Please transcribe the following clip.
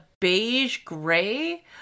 beige-gray